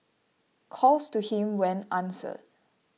calls to him went answered